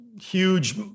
huge